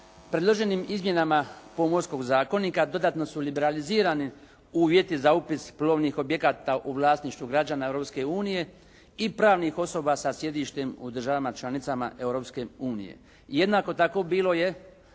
Predloženim izmjenama Pomorskog zakonika, dodatno su liberalizirani uvjeti za upis plovnih objekata u vlasništvu građana Europske unije i pravnih osoba sa sjedištem u državama članicama Europske unije. Jednako tako bilo je